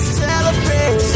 celebrate